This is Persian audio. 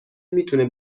میتونه